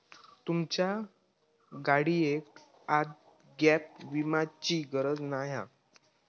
तुमच्या गाडियेक आता गॅप विम्याची गरज नाय हा